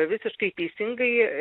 visiškai teisingai